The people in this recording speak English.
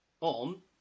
on